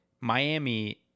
Miami